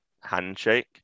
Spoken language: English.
handshake